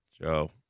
Joe